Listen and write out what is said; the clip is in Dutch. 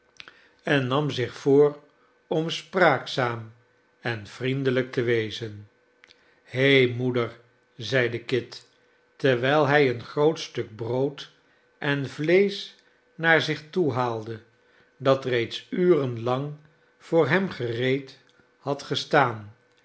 en nam zich voor om spraakzaam en vriendelijk te wezen he moeder zeide kit terwijl hij een groot stuk brood en vleesch naar zich toehaalde dat reeds uren lang voor hem gereed had gestaan